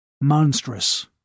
monstrous